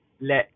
let